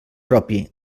propi